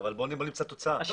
אבל בוא נמצא תוצאה ביחד.